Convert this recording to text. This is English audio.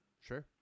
Sure